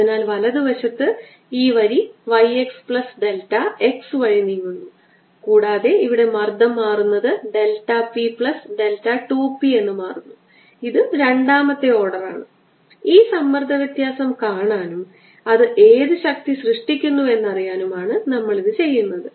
ഞാൻ ചുവപ്പ് നിറത്തിൽ ഷേഡിംഗ് ചെയ്യുന്ന ഈ വോള്യത്തെക്കുറിച്ച് സംസാരിക്കുമ്പോൾ ഈ സാഹചര്യത്തിൽ ശ്രദ്ധിക്കുക 2 ഉപരിതലങ്ങളുണ്ട്